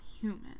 human